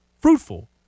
fruitful